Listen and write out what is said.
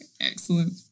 Excellent